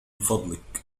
فضلك